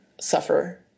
suffer